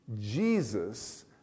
Jesus